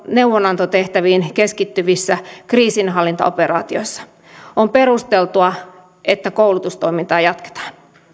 neuvonantotehtäviin keskittyvissä kriisinhallintaoperaatioissa on perusteltua että koulutustoimintaa jatketaan